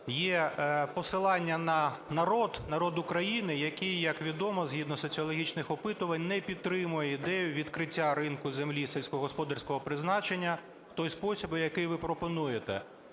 є посилання на народ – народ України, який, як відомо, згідно соціологічних опитувань не підтримує ідею відкриття ринку землі сільськогосподарського призначення у той спосіб, який ви пропонуєте.